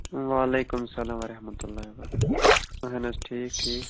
وعلیکُم سلام وَرحمتہ اللہِ وَ بَرکات اَہَن حظ ٹھیٖک ٹھیٖک